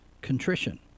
Contrition